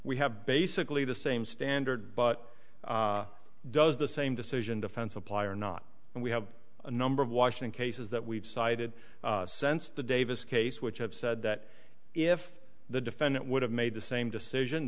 we have basically the same standard but does the same decision defense apply or not and we have a number of washing cases that we've cited sense the davis case which have said that if the defendant would have made the same decision